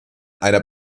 einer